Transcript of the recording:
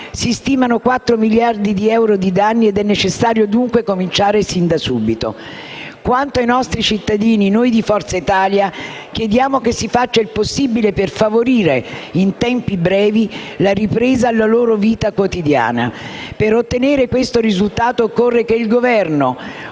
Si stimano 4 miliardi di euro di danni ed è necessario dunque cominciare fin da subito. Quanto ai nostri cittadini, noi di Forza Italia chiediamo che si faccia il possibile per favorire, in tempi brevi, il rientro alla normalità della loro vita quotidiana. Per ottenere questo risultato occorre che il Governo,